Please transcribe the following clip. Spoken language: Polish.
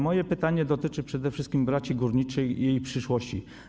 Moje pytanie dotyczy przede wszystkim braci górniczej i jej przyszłości.